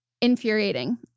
infuriating